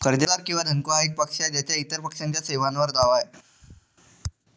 कर्जदार किंवा धनको हा एक पक्ष आहे ज्याचा इतर पक्षाच्या सेवांवर दावा आहे